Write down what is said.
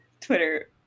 Twitter